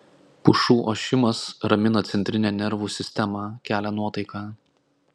pušų ošimas ramina centrinę nervų sistemą kelia nuotaiką